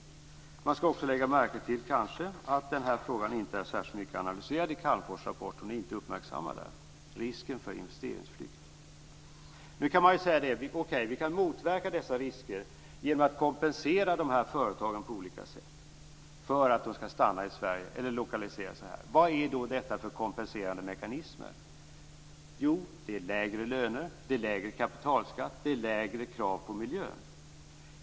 Man skall kanske också lägga märke till att frågan inte är särskilt mycket analyserad i Calmforsrapporten, att man där inte uppmärksammar risken för investeringsflykt. Man kan då säga att vi kan motverka risken för investeringsflykt genom att på olika sätt kompensera företagen för att de skall stanna i Sverige eller lokalisera sig här. Vad är då detta för kompenserande mekanismer? Jo, det är lägre löner, lägre kapitalskatt och lägre krav på miljön.